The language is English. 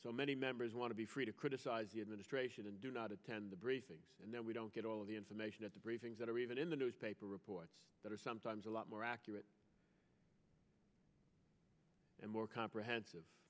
so many members want to be free to criticize the administration and do not attend the briefings and then we don't get all the information at the briefings that are even in the newspaper reports that are sometimes a lot more accurate and more comprehensive